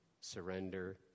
Surrender